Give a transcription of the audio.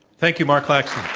thank you, marq like